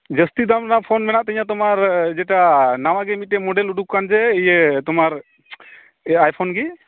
ᱡᱟᱹᱥᱛᱤ ᱫᱟᱢ ᱨᱮᱱᱟᱜ ᱯᱷᱳᱱ ᱢᱮᱱᱟᱜ ᱛᱤᱧᱟᱹ ᱛᱳᱢᱟᱨ ᱡᱮᱴᱟ ᱱᱟᱣᱟ ᱜᱮ ᱢᱤᱴᱮᱡ ᱢᱳᱰᱮᱞ ᱚᱰᱩᱠ ᱟᱠᱟᱱ ᱡᱮ ᱤᱭᱟᱹ ᱛᱳᱢᱟᱨ ᱟᱭ ᱯᱷᱳᱱ ᱜᱮ